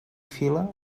fila